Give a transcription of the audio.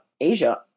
Asia